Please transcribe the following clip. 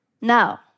Now